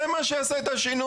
זה מה שיעשה את השינוי.